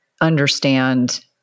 understand